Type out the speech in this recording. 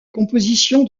composition